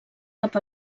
cap